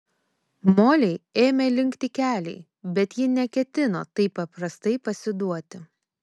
molei ėmė linkti keliai bet ji neketino taip paprastai pasiduoti